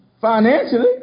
Financially